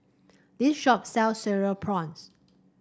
this shop sell Cereal Prawns